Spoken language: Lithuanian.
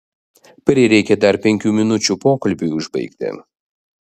prireikė dar penkių minučių pokalbiui užbaigti